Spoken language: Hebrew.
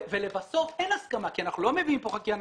ולבסוף אין הסכמה כי אנחנו לא מביאים כאן חקיקה,